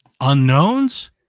unknowns